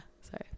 sorry